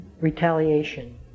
retaliation